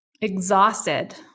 exhausted